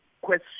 question